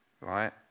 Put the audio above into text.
Right